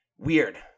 Weird